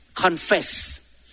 Confess